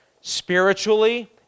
Spiritually